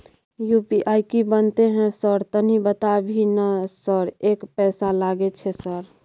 UPI की बनते है सर तनी बता भी ना सर एक पैसा लागे छै सर?